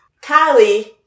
Kylie